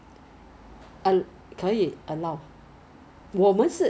you can 加 so so every every meal comes with a root beer